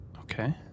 Okay